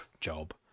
job